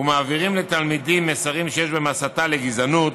ומעבירים לתלמידים מסרים שיש בהם הסתה לגזענות,